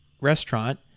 restaurant